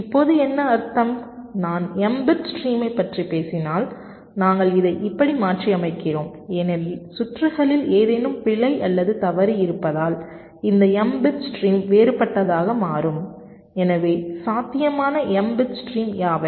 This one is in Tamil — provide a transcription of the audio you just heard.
இப்போது என்ன அர்த்தம் நான் m பிட் ஸ்ட்ரீமைப் பற்றி பேசினால் நாங்கள் இதை இப்படி மாற்றியமைக்கிறோம் ஏனெனில் சுற்றுகளில் ஏதேனும் பிழை அல்லது தவறு இருப்பதால் இந்த m பிட் ஸ்ட்ரீம் வேறுபட்டதாக மாறும் எனவே சாத்தியமான m பிட் ஸ்ட்ரீம் யாவை